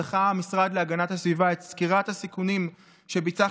דחה המשרד להגנת הסביבה את סקירת הסיכונים שביצעה